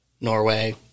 Norway